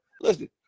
Listen